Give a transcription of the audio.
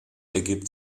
ergibt